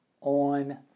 on